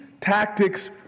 tactics